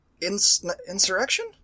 Insurrection